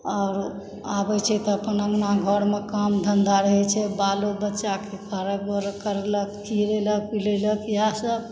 आओर आबै छै तऽ अपन अङ्गना घरमे काम धन्धा रहै छै बालो बच्चाकेँ करलक खियेलक पीएलक इएह सब